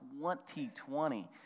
2020